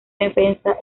defensa